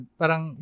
parang